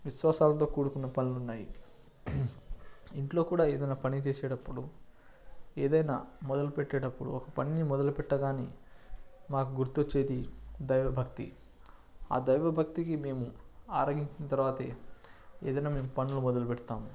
విశ్వాసాలతో కూడుకున్న పనులు ఉన్నాయి ఇంట్లో కూడా ఏదైనా పని చేసేటప్పుడు ఏదైనా మొదలు పెట్టేటప్పుడు ఒక పని మొదలు పెట్టగానే మాకు గుర్తు వచ్చేది దైవభక్తి ఆ దైవభక్తికి మేము ఆరగించిన తర్వాతే ఏదైన మేము పనులు మొదలు పెడతాం